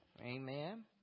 Amen